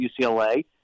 UCLA